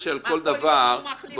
כל יום הוא מחליף דעה?